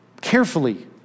carefully